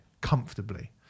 comfortably